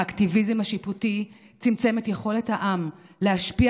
האקטיביזם השיפוטי צמצם את יכולת העם להשפיע